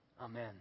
Amen